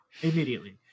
immediately